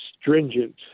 stringent